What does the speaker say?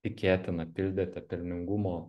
tikėtina pildėte pelningumo